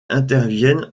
interviennent